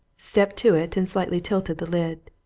stepped to it, and slightly tilted the lid.